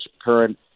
current